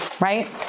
right